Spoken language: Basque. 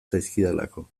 zaizkidalako